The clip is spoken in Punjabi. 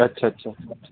ਅੱਛਾ ਅੱਛਾ